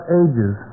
ages